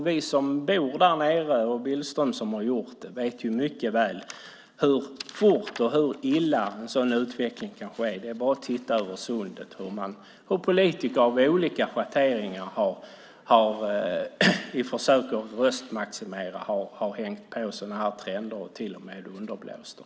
Vi som bor därnere och Billström som har gjort det vet mycket väl hur fort och illa en sådan utveckling kan ske. Det är bara att titta över sundet hur politiker av olika schatteringar i försök att röstmaximera har hängt på sådana här trender och till och med underblåst dem.